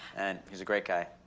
and he's a great guy.